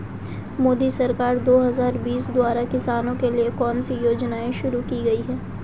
मोदी सरकार दो हज़ार बीस द्वारा किसानों के लिए कौन सी योजनाएं शुरू की गई हैं?